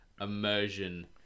immersion